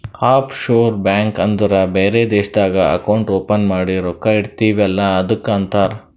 of sure bank ಅಂದುರ್ ಬೇರೆ ದೇಶ್ನಾಗ್ ಅಕೌಂಟ್ ಓಪನ್ ಮಾಡಿ ರೊಕ್ಕಾ ಇಡ್ತಿವ್ ಅಲ್ಲ ಅದ್ದುಕ್ ಅಂತಾರ್